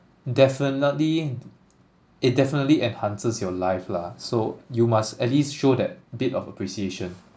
definitely it definitely enhances your life lah so you must at least show that bit of appreciation